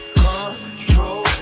control